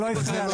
זה לא הפריע לכם.